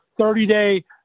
30-day